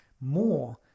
more